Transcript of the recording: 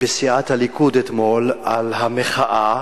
בסיעת הליכוד אתמול על המחאה,